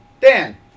Dan